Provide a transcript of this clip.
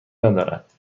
ندارد